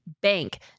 bank